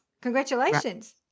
Congratulations